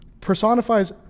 Personifies